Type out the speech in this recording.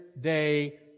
day